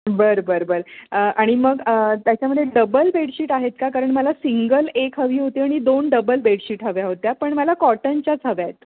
बरं बरं बरं आणि मग त्याच्यामध्ये डबल बेडशीट आहेत का कारण मला सिंगल एक हवी होती आणि दोन डबल बेडशीट हव्या होत्या पण मला कॉटनच्याच हव्या आहेत